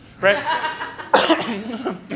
Right